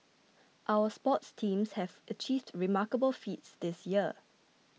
our sports teams have achieved remarkable feats this year